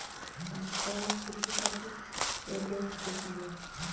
आमच्या शेतासाठी योग्य खते सांगा